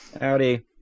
Howdy